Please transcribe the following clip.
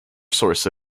source